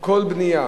כל בנייה